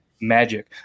magic